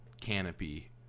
canopy